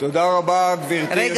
תודה רבה, גברתי היושבת-ראש.